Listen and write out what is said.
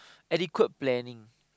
adequate planning